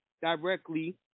directly